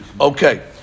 okay